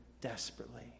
desperately